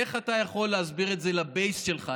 איך אתה יכול להסביר את זה לבייס שלך,